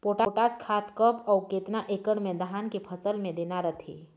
Potash खाद कब अऊ केतना एकड़ मे धान के फसल मे देना रथे?